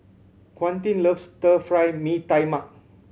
Quentin loves Stir Fry Mee Tai Mak